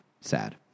sad